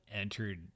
entered